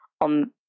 on